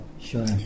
sure